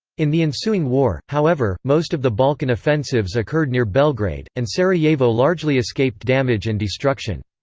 in the ensuing war, however, most of the balkan offensives occurred near belgrade, and sarajevo largely escaped damage and destruction.